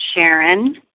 Sharon